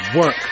work